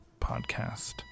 podcast